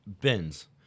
BINS